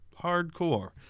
hardcore